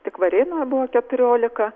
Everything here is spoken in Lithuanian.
tik varėnoj buvo keturiolika